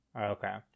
Okay